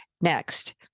next